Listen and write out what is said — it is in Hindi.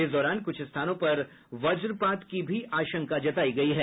इस दौरान कुछ स्थानों पर वज्रपात की भी आशंका जतायी गयी है